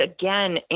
again